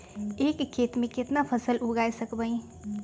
एक खेत मे केतना फसल उगाय सकबै?